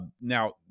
Now